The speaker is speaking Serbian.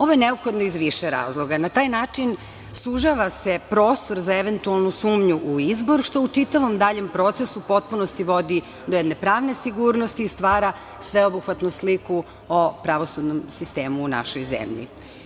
Ovo je neophodno iz više razloga, na taj način sužava se prostor za eventualnu sumnju u izbor, što u čitavom daljem procesu u potpunosti vodi do jedne pravne sigurnosti, stvara sveobuhvatnu sliku o pravosudnom sistemu u našoj zemlji.